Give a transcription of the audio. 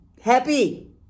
Happy